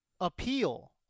appeal